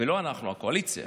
לא אנחנו, הקואליציה,